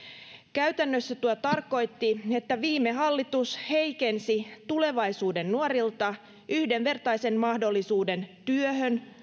käytännössä tuo tarkoitti että viime hallitus heikensi tulevaisuuden nuorilta yhdenvertaisen mahdollisuuden työhön